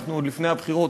אנחנו עוד לפני הבחירות,